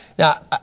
Now